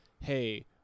hey